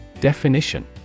Definition